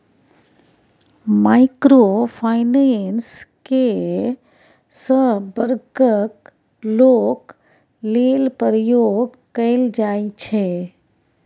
micro finance केँ सब बर्गक लोक लेल प्रयोग कएल जाइ छै